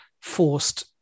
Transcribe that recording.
forced